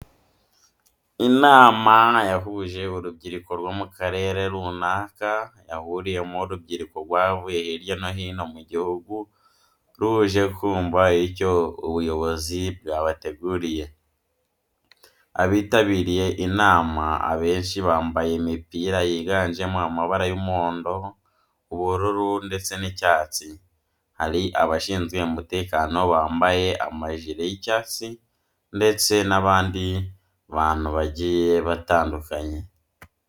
Inama yahuje urubyiruko rwo mu karere runaka yahuriyemo urubyiruko rwavuye hirya no hino mu gihugu ruje kumva icyo ubuyobozi bwabateguriye. Abitabiriye inama abenshi bambaye imipira yiganjemo amabara y'umuhondo, ubururu ndetse n'icyatsi. Hari abashinzwe umutekano bambaye amajire y'icyatsi ndetse n'abandi bantu bagiye batandukanye.